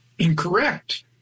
Incorrect